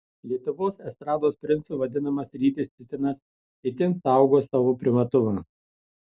lietuvos estrados princu vadinamas rytis cicinas itin saugo savo privatumą